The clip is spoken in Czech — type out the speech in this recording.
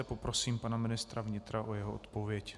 Poprosím pana ministra vnitra o jeho odpověď.